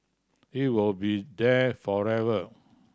it will be there forever